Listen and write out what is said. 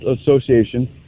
association